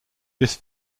this